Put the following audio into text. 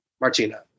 martina